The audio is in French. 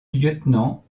lieutenant